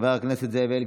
חבר הכנסת זאב אלקין,